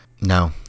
no